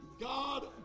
God